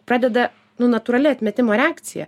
pradeda nu natūrali atmetimo reakcija